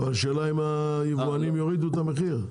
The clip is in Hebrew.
השאלה אם היבואנים יורידו את המחיר?